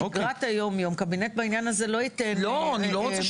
בשגרת היום הקבינט לא ייתן מענה.